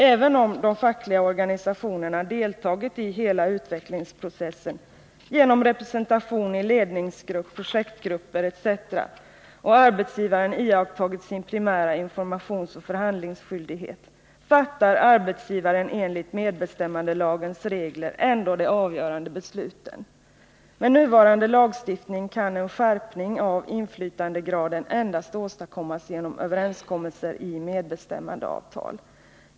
Även om de fackliga organisationerna deltagit i hela utvecklingsprocessen, genom representation i ledningsgrupp, projektgrupper etc, och arbetsgivaren iakttagit sin primära informationsoch förhandlingsskyldighet, fattar arbetsgivaren enligt medbestämmandelagens regler ändå de avgörande besluten. Med nuvarande lagstiftning kan en skärpning av inflytandegraden endast åstadkommas genom överenskommelser i medbestämmandeavtal.